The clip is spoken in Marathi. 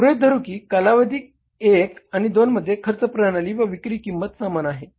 गृहीत धरू की कालावधी एक आणि दोनमध्ये खर्च प्रणाली व विक्री किंमत समान आहे